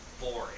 boring